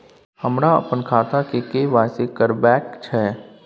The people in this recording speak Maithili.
हमरा अपन खाता के के.वाई.सी करबैक छै